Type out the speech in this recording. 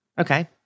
Okay